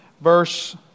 verse